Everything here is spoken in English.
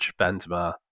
Benzema